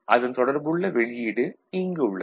அதன் தொடர்புள்ள வெளியீடு இங்கு உள்ளது